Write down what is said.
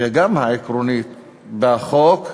וגם העקרונית, בחוק,